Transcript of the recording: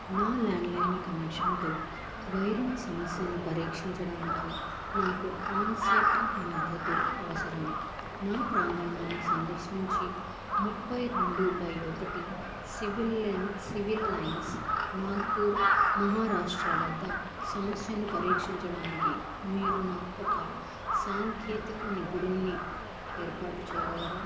నా ల్యాండ్లైన్ కనెక్షన్తో వైరింగ్ సమస్యను పరీక్షించడానికి నాకు ఆన్సైట్ మద్దతు అవసరం నా ప్రాంగణాన్ని సందర్శించి ముప్పై రెండు బై ఒకటి సివిల్ లైన్స్ నాగ్పూర్ మహారాష్ట్ర వద్ద సమస్యను పరీక్షించడానికి మీరు ఒక సాంకేతిక నిపుణుడిని ఏర్పాటు చేయగలరా